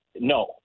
no